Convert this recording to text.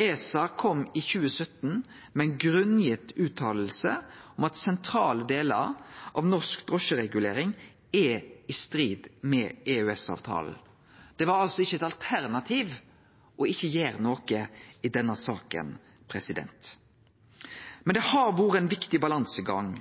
ESA kom i 2017 med ei grunngitt fråsegn om at sentrale delar av norsk drosjeregulering er i strid med EØS-avtalen. Det var altså ikkje eit alternativ å ikkje gjere noko i denne saka. Men det har vore ein viktig balansegang